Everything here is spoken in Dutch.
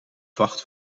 vacht